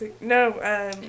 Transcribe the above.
no